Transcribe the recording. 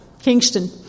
kingston